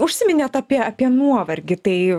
užsiminėt apie apie nuovargį tai